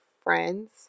friends